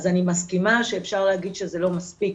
אז אני מסכימה שאפשר להגיד שזה לא מספיק,